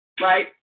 right